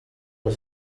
was